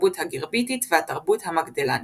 התרבות הגרביטית והתרבות המגדלנית.